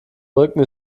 brücken